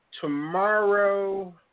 Tomorrow